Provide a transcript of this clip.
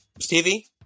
Stevie